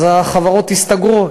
אז החברות יסתגרו,